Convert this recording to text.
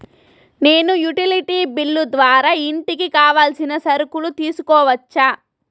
నేను utility bill ద్వారా ఇంటికి కావాల్సిన సరుకులు తీసుకోవచ్చా?